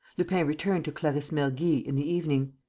lupin returned to clarisse mergy in the evening.